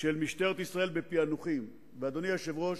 של משטרת ישראל בפענוחים, ואדוני היושב-ראש,